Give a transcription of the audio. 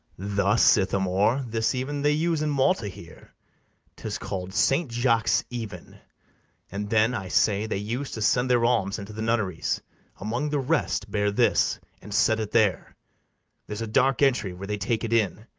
thus, ithamore this even they use in malta here tis call'd saint jaques' even and then, i say, they use to send their alms unto the nunneries among the rest, bear this, and set it there there's a dark entry where they take it in,